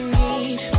need